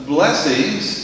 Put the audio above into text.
blessings